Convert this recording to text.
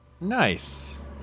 Nice